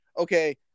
Okay